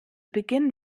beginn